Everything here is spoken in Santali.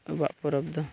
ᱟᱵᱚᱣᱟᱜ ᱯᱚᱨᱚᱵᱽ ᱫᱚ